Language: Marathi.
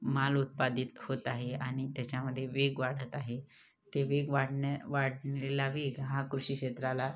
माल उत्पादित होत आहे आणि त्याच्यामध्ये वेग वाढत आहे ते वेग वाढण्या वाढलेला वेग हा कृषी क्षेत्राला